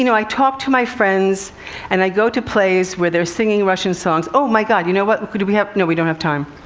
you know i talk to my friends and i go to plays where they're singing russian songs. oh my god, you know what? could we have no, we don't have time.